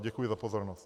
Děkuji za pozornost.